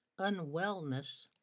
unwellness